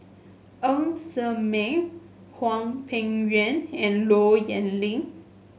Ng Ser Miang Hwang Peng Yuan and Low Yen Ling